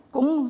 Cũng